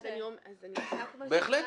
בהחלט.